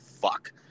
fuck